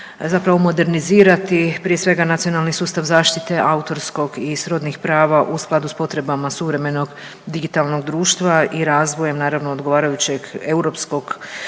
zapravo modernizirati prije svega nacionalni sustav zaštite autorskog i srodnih prava u skladu s potrebama suvremenog digitalnog društva i razvojem naravno odgovarajućeg europskog